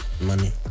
money